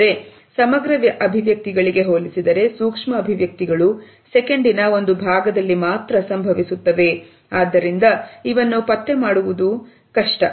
ಆದರೆ ಸಮಗ್ರ ಅಭಿವ್ಯಕ್ತಿಗಳಿಗೆ ಹೋಲಿಸಿದರೆ ಸೂಕ್ಷ್ಮ ಅಭಿವ್ಯಕ್ತಿಗಳು ಸೆಕೆಂಡಿನ ಒಂದು ಭಾಗದಲ್ಲಿ ಮಾತ್ರ ಸಂಭವಿಸುತ್ತವೆ ಆದ್ದರಿಂದ ಇವನ್ನು ಪತ್ತೆ ಮಾಡುವುದು ಕಷ್ಟ